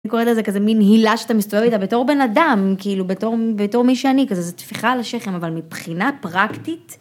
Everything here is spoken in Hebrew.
אני קוראת לזה כזה מין הילה שאתה מסתובב איתה בתור בן אדם, כאילו בתור, בתור מי שאני, כזה זו טפיחה על השכם, אבל מבחינה פרקטית.